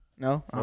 No